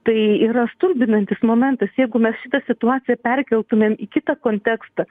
tai yra stulbinantis momentas jeigu mes šitą situaciją perkeltume į kitą kontekstą